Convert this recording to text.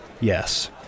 Yes